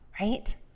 right